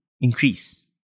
increase